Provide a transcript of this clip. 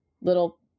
little